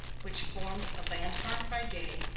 which formed a landmark by day,